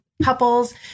couples